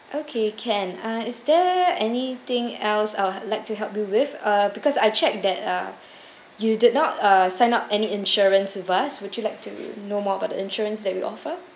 okay can uh is there anything else uh like to help you with uh because I check that uh you did not uh sign up any insurance with us would you like to know more about the insurance that we offer